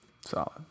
solid